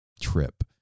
trip